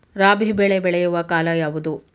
ರಾಬಿ ಬೆಳೆ ಬೆಳೆಯುವ ಕಾಲ ಯಾವುದು?